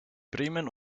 bremen